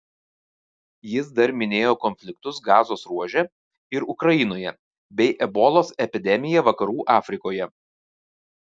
jis dar minėjo konfliktus gazos ruože ir ukrainoje bei ebolos epidemiją vakarų afrikoje